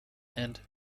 and